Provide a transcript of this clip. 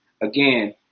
Again